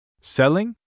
Selling